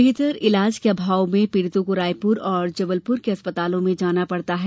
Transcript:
बेहतर ईलाज के अभाव में पीड़ितों को रायपुर और जबलपुर के अस्पतालों में जाना पड़ता है